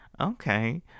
Okay